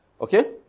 Okay